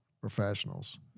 professionals